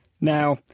Now